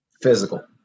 physical